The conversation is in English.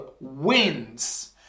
wins